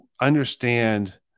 understand